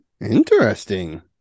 interesting